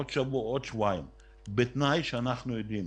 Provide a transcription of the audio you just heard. עוד שבוע, עוד שבועיים בתנאי שאנחנו יודעים